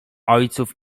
ojców